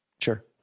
sure